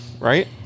right